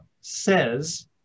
says